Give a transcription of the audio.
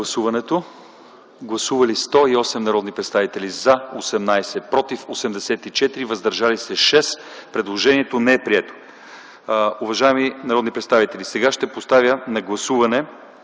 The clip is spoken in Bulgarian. Гласували 108 народни представители: за 18, против 84, въздържали се 6. Предложението не е прието. Уважаеми народни представители, сега ще поставя на гласуване